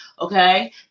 okay